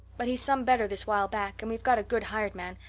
but he's some better this while back and we've got a good hired man,